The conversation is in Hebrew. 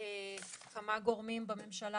כמה גורמים בממשלה